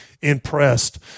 impressed